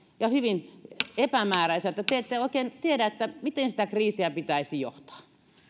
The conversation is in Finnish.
ja hyvin epämääräiseltä te ette oikein tiedä miten sitä kriisiä pitäisi johtaa